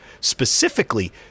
specifically